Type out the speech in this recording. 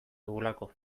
dugulako